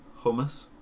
hummus